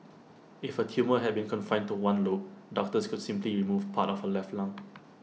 if her tumour had been confined to one lobe doctors could simply remove part of her left lung